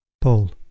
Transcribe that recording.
Paul